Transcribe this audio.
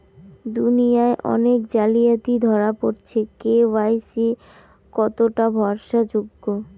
দুনিয়ায় অনেক জালিয়াতি ধরা পরেছে কে.ওয়াই.সি কতোটা ভরসা যোগ্য?